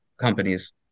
companies